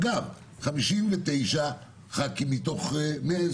אגב, 59 ח"כים מתוך 120